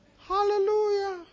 Hallelujah